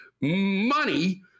money